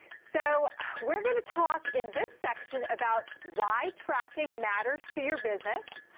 so we're going to talk in this section about why tracking matters to your business.